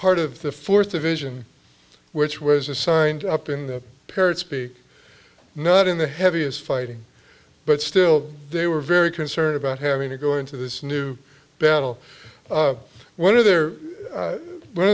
part of the fourth division which was assigned up in the parents speak not in the heaviest fighting but still they were very concerned about having to go into this new battle one of their